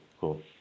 cool